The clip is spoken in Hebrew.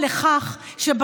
תודה לך, גברתי.